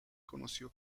conoció